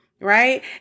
right